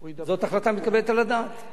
זאת החלטה מתקבלת על הדעת.